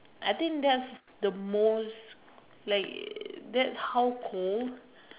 I think that's the most like that how cold